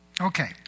Okay